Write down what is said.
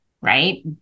right